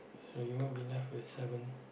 so you won't be left with seven